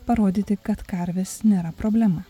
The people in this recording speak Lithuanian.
parodyti kad karvės nėra problema